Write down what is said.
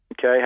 okay